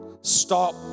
Stop